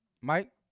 Mike